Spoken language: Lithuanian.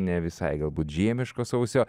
ne visai galbūt žiemiško sausio